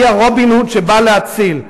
והיא רובין הוד שבא להציל.